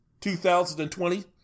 2020